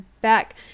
back